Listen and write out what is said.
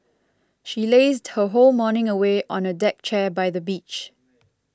she lazed her whole morning away on a deck chair by the beach